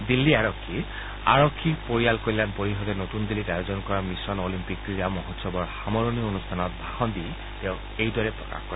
দিল্লী আৰক্ষীৰ আৰক্ষী পৰিয়াল কল্যাণ পৰিষদে নতুন দিল্লীত আয়োজন কৰা মিছন অলিম্পিক ক্ৰীড়া মহোৎসৱৰ সামৰণি অনুষ্ঠানত ভাষণ দি তেওঁ এইদৰে প্ৰকাশ কৰে